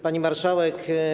Pani Marszałek!